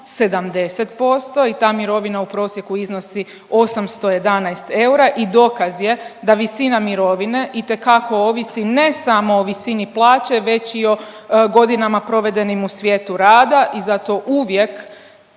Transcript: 70% i ta mirovina u prosjeku iznosi 811 eura i dokaz je da visina mirovine itekako ovisi ne samo o visini plaće već i godinama provedenim u svijetu rada i zato uvijek